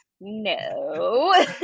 no